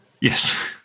Yes